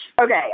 Okay